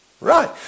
Right